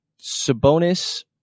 Sabonis